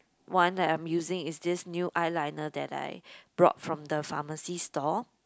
one that I'm using is this new eyeliner that I brought from the pharmacy store